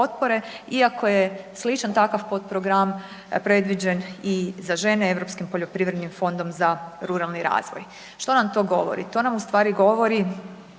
iako je sličan takav potprogram predviđen za žene Europskim poljoprivrednim fondom za ruralni razvoj. Što nam to govori? To nam ustvari govori